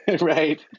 Right